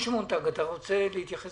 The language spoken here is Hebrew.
אני רוצה להתייחס